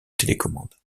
télécommande